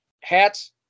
hats